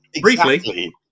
Briefly